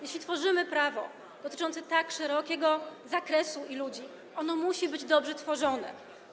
Jeśli tworzymy prawo dotyczące tak szerokiego zakresu i ludzi, to ono musi być dobrze tworzone.